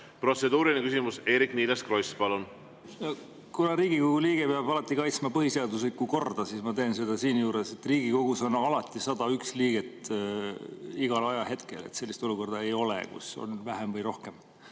Protseduuriline küsimus, Eerik-Niiles Kross, palun! Kuna Riigikogu liige peab alati kaitsma põhiseaduslikku korda, siis ma seda siinjuures teen. Riigikogus on alati 101 liiget, igal ajahetkel, sellist olukorda ei ole, kus on vähem või rohkem.